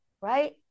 right